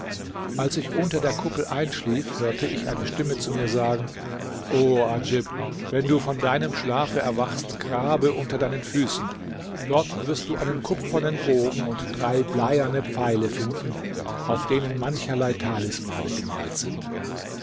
als ich unter der kuppel einschlief hörte ich eine stimme zu mir sagen o adjib wenn du von deinem schlafe erwachst grabe unter deinen füßen dort wirst du einen kupfernen bogen und drei bleierne pfeile finden auf denen mancherlei talismane gemalt sind